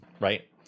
right